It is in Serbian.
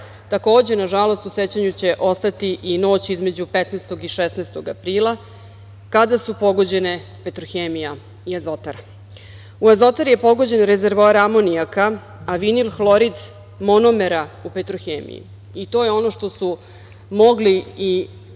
nažalost, u sećanju će ostati i noć između 15. i 16. aprila, kada su pogođene „Petrohemija“ i „Azotara“. U „Azotari" je pogođen rezervoar amonijaka, a vinilhlorid monomera u „Petrohemiji“. To je ono što su mogli i